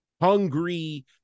hungry